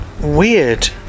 weird